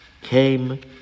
came